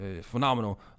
phenomenal